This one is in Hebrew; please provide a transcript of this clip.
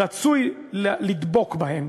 רצוי לדבוק בהן.